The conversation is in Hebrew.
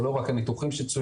זה לא רק הניתוחים שצוינו,